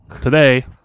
Today